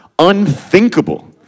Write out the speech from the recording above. unthinkable